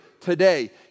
today